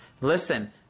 Listen